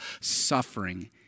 suffering